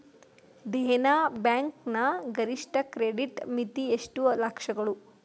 Dena bank ನ ಗರಿಷ್ಠ credit ಮಿತಿ ಎಷ್ಟು ಲಕ್ಷಗಳು?